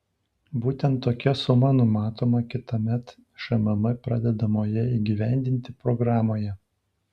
būtent tokia suma numatoma kitąmet šmm pradedamoje įgyvendinti programoje